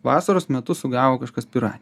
vasaros metu sugavo kažkas piraniją